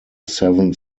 seven